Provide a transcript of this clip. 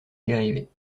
dérivée